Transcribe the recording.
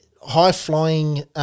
high-flying